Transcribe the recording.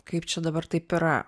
kaip čia dabar taip yra